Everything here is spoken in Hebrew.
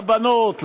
לבנות,